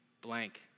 blank